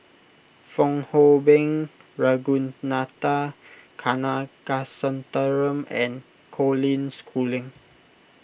Fong Hoe Beng Ragunathar Kanagasuntheram and Colin Schooling